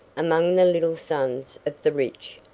among the little sons of the rich,